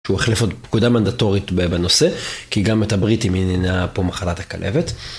שהוא החליף עוד פקודה מנדטורית בנושא, כי גם את הבריטים עניינה פה מחלת הכלבת.